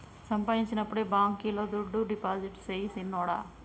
సంపాయించినప్పుడే బాంకీలో దుడ్డు డిపాజిట్టు సెయ్ సిన్నోడా